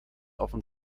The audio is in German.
offen